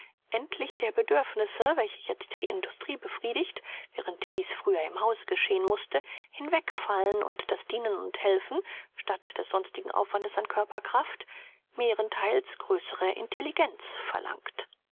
endlich der bedürfnisse welche jetzt die industrie befriedigt während dies früher im hause geschehen mußte hinwegfallen und das dienen und helfen statt des sonstigen aufwandes an körperkraft mehrentheils größere intelligenz verlangt